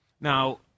Now